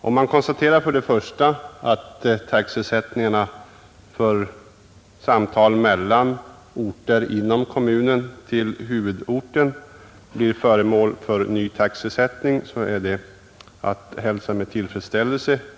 Om man konstaterar att taxesättningarna för samtal mellan orter inom kommunen till huvudorten blir föremål för en ny taxesättning, så är detta att hälsa med tillfredsställelse.